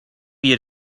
you